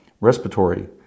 respiratory